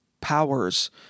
powers